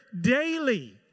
daily